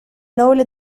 noble